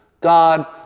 God